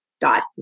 dot